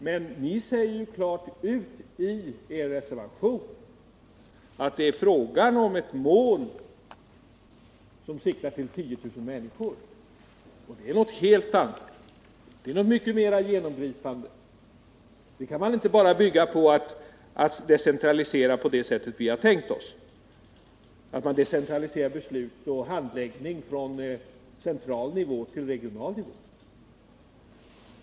Men ni säger ju klart ut i er reservation att det är fråga om att sikta mot ett mål på 10 000 människor, och det är någonting helt annat. Det är någonting mycket mera genomgripande. Någonting sådant kan man inte bara bygga på en decentralisering på det sätt som vi har tänkt oss, dvs. att man decentraliserar beslut och handläggning från central nivå till regional nivå.